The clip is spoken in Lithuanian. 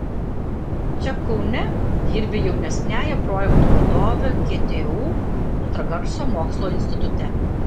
čia kaune dirbi jaunesniąja projektų vadove ktu ultragarso mokslo institute